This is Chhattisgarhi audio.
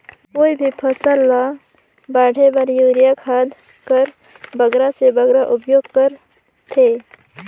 कोई भी फसल ल बाढ़े बर युरिया खाद कर बगरा से बगरा उपयोग कर थें?